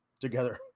together